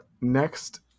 Next